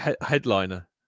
headliner